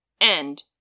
end